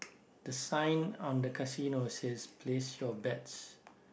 the sign on the casino says place your bets